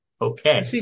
Okay